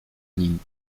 nim